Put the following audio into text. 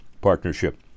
partnership